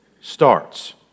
starts